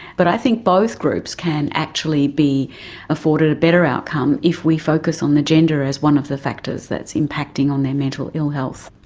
but i think both groups can actually be afforded a better outcome if we focus on the gender as one of the factors that is impacting on their mental ill health.